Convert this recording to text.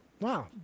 wow